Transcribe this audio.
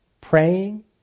Praying